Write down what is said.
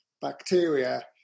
bacteria